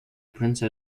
prince